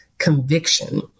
conviction